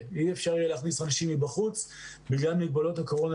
ואי אפשר יהיה להכניס אנשים מבחוץ בגלל מגבלות הקורונה